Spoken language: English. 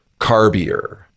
carbier